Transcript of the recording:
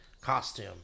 costume